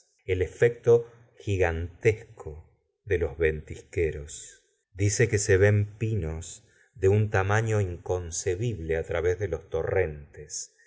el efecto gigantesco de los ventisqueros dice que se ven pinos de un tamaño inconcebible través de los torrentes